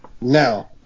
Now